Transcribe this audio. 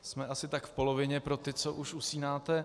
Jsme asi tak v polovině pro ty, co už usínáte.